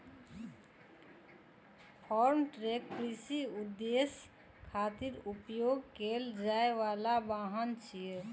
farm truck कृषि उद्देश्य खातिर उपयोग कैल जाइ बला वाहन छियै